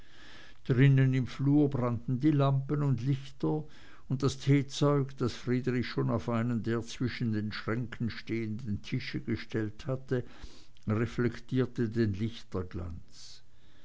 drinnen im flur brannten die lampen und lichter und das teezeug das friedrich schon auf einen der zwischen den schränken stehenden tische gestellt hatte reflektierte den lichterglanz